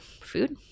food